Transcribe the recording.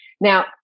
Now